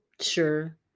Sure